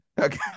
Okay